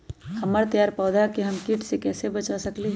हमर तैयार पौधा के हम किट से कैसे बचा सकलि ह?